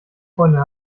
freundin